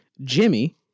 Jimmy